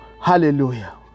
Hallelujah